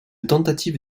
tentative